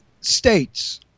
states